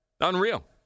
Unreal